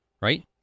right